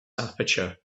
aperture